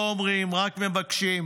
לא אומרים, רק מבקשים: